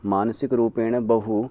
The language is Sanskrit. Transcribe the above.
मानसिक रूपेण बहु